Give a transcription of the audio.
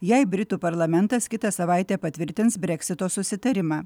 jei britų parlamentas kitą savaitę patvirtins breksito susitarimą